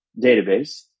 database